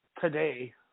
today